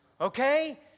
Okay